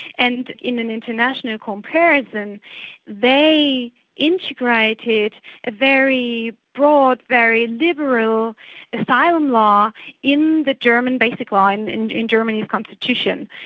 and in an international comparison they integrated very broad, very liberal asylum law in the german basic law, and and in germany's constitution,